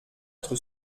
être